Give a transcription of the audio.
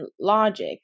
logic